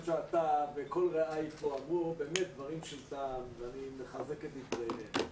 אתה וכל רעיי פה אמרו באמת דברים של טעם ואני מחזק את דבריהם,